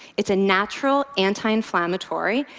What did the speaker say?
it's a natural anti-inflammatory.